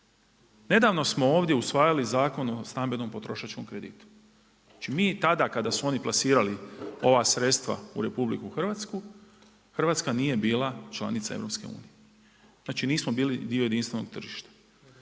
Nedavno smo ovdje usvajali Zakon o stambenom potrošačkom kreditu. Znači mi tada kada su oni plasirali ova sredstva u RH Hrvatska nije bila članica EU, znači nismo bili dio jedinstvenog tržišta.